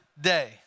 day